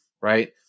right